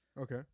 okay